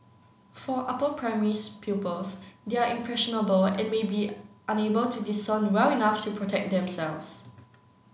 for upper primary pupils they are impressionable and may be unable to discern well enough to protect themselves